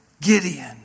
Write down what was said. Gideon